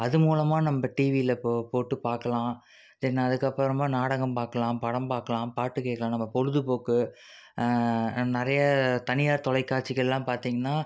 அது மூலமாக நம்ம டிவியில் போ போட்டு பார்க்கலாம் தென் அதுக்கப்புறமா நாடகம் பார்க்கலாம் படம் பார்க்கலாம் பாட்டு கேட்கலாம் நம்ம பொழுதுபோக்கு நிறைய தனியார் தொலைக்காட்சிகளெலாம் பார்த்தீங்கன்னா